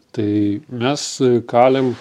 tai mes kalėm